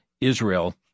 Israel